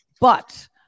But-